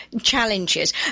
challenges